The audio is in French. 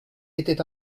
était